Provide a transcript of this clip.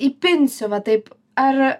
įpinsiu va taip ar